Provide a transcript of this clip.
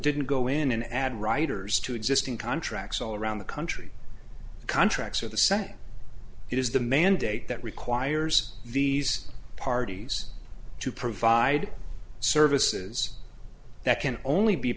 didn't go in and add writers to existing contracts all around the country the contracts are the set it is the mandate that requires these parties to provide services that can only be